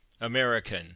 American